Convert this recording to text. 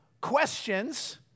questions